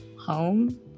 home